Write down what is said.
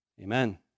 Amen